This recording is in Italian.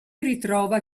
ritrova